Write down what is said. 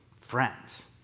friends